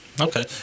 Okay